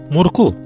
Murku